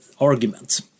arguments